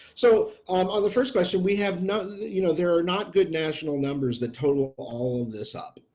so um on the first question we have no you know there are not good national numbers that total all of this up.